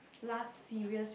last serious